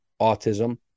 autism